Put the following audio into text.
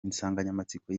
insanganyamatsiko